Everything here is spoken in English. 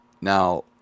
Now